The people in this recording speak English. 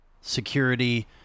Security